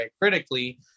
critically